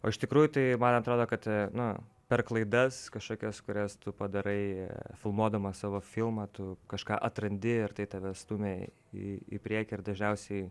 o iš tikrųjų tai man atrodo kad na per klaidas kažkokias kurias tu padarai filmuodamas savo filmą tu kažką atrandi ir tai tave stumia į į priekį ir dažniausiai